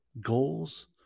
goals